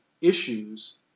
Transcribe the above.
issues